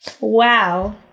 wow